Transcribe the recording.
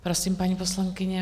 Prosím, paní poslankyně.